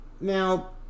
now